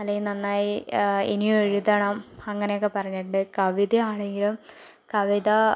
അല്ലെങ്കിൽ നന്നായി ഇനിയും എഴുതണം അങ്ങനെയൊക്കെ പറഞ്ഞിട്ടുണ്ട് കവിതയാണെങ്കിലും കവിത